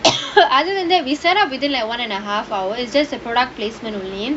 other than that we set up within like one and a half hour it's just the product placement only